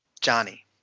Johnny